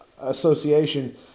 association